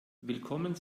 willkommen